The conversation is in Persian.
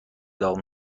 داغ